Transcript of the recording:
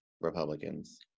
Republicans